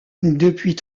depuis